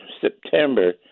September